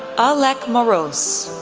oleg moroz,